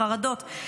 חרדות,